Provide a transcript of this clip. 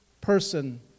person